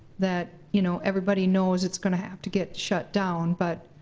that you know everybody knows it's gonna have to get shut down. but